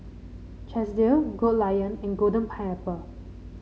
Chesdale Goldlion and Golden Pineapple